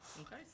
Okay